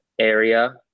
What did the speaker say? area